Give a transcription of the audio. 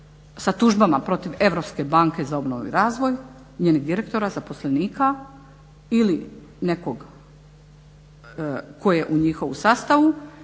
sa tužbama protiv Europske banke za obnovu i razvoj, njenih direktora, zaposlenika ili nekog tko je u njihovu sastavu